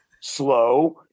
slow